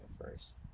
first